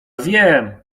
wiem